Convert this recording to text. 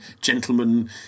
gentlemen